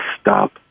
stop